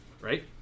Right